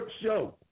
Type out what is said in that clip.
show